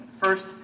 First